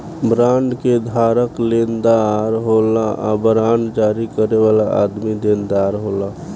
bond के धारक लेनदार होला आ बांड जारी करे वाला आदमी देनदार होला